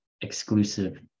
exclusive